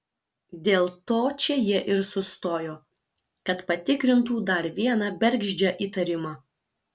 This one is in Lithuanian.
dėl to čia jie ir sustojo kad patikrintų dar vieną bergždžią įtarimą